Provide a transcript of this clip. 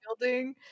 building